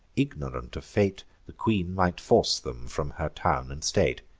ignorant of fate, the queen might force them from her town and state.